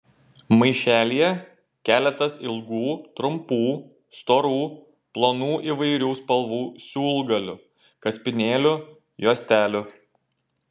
maišelyje keletas ilgų trumpų storų plonų įvairių spalvų siūlgalių kaspinėlių juostelių